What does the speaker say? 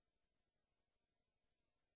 את